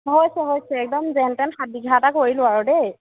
হৈছে হৈছে একদম যেনতেন সাতবিঘা এটা কৰিলোঁ আৰু দেই